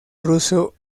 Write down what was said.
ruso